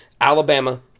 Alabama